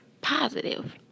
positive